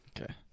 Okay